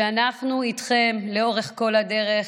אנחנו איתכם לאורך כל הדרך.